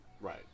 Right